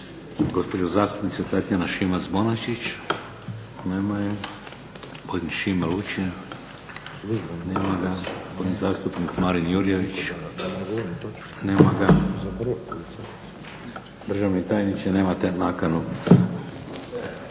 Gospođa zastupnica Tatjana Šimac Bonačić. Nema je. Šime Lučin. Nema ga. Zastupnik Marin Jurjević. Nema ga. Državni tajniče nemate nakanu